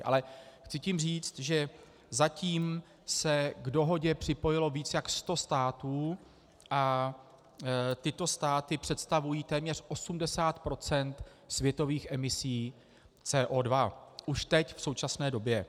Ale chci tím říct, že zatím se k dohodě připojilo víc jak sto států a tyto státy představují téměř 80 % světových emisí CO2 už teď, v současné době.